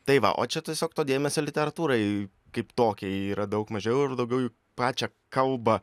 tai va o čia tiesiog to dėmesio literatūrai kaip tokiai yra daug mažiau ir daugiau į pačią kalbą